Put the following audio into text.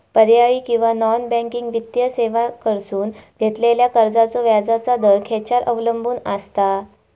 पर्यायी किंवा non banking वित्तीय सेवांकडसून घेतलेल्या कर्जाचो व्याजाचा दर खेच्यार अवलंबून आसता?